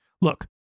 Look